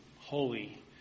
holy